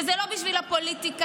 וזה לא בשביל הפוליטיקה,